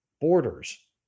borders